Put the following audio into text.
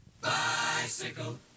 Bicycle